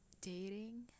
dating